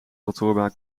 kantoorbaan